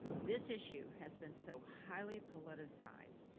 this issue has been so highly politicized,